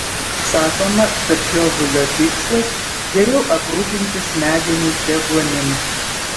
sakoma kad žiovulio tikslas geriau aprūpinti smegenis deguonim